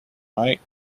mate